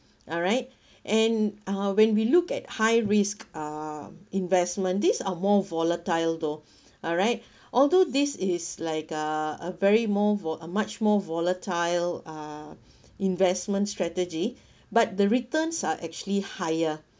alright and uh when we look at high risk uh investment these are more volatile though alright although this is like uh a very more for a much more volatile uh investment strategy but the returns are actually higher